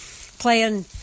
playing